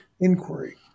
inquiry